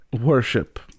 worship